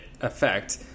effect